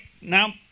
now